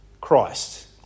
Christ